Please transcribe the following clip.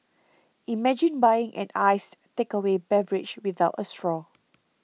imagine buying an iced takeaway beverage without a straw